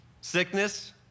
Sickness